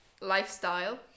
lifestyle